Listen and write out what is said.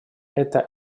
эта